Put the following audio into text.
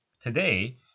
Today